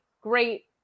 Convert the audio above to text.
great